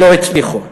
לא הצליחו.